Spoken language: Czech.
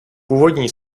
původní